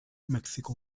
mexico